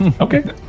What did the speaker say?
Okay